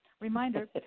Reminder